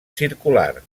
circular